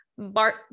Bart